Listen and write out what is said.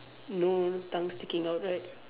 no tongue sticking out right